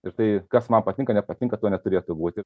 ir tai kas man patinka nepatinka to neturėtų būti